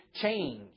change